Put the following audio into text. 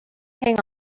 hang